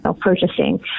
purchasing